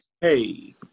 hey